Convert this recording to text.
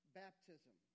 baptism